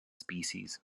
species